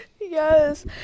Yes